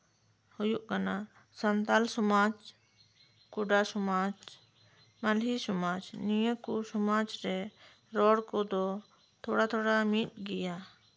ᱦᱩᱭᱩᱜ ᱠᱟᱱᱟ ᱥᱟᱱᱛᱟᱲ ᱥᱚᱢᱟᱡᱽ ᱠᱚᱰᱟ ᱥᱚᱢᱟᱡᱽ ᱢᱟᱞᱦᱮ ᱥᱚᱢᱟᱡᱽ ᱱᱤᱭᱟᱹ ᱠᱚ ᱥᱚᱢᱟᱡᱽ ᱨᱮ ᱨᱚᱲ ᱠᱚᱫᱚ ᱛᱷᱚᱲᱟ ᱛᱷᱚᱲᱟ ᱢᱤᱫ ᱜᱮᱭᱟ